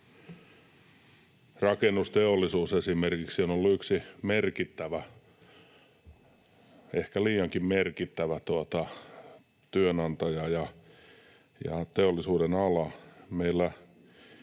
Rakennusteollisuus esimerkiksi on ollut yksi merkittävä, ehkä liiankin merkittävä, työnantaja ja teollisuudenala.